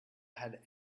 had